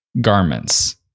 garments